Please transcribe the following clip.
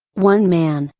one man,